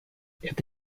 это